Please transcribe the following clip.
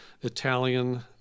Italian